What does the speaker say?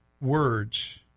words